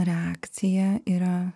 reakcija yra